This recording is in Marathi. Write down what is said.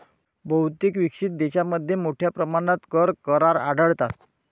बहुतेक विकसित देशांमध्ये मोठ्या प्रमाणात कर करार आढळतात